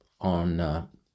on